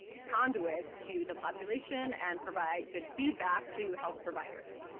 conduits to the population and provide good feedback to health providers.